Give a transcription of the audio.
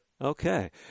Okay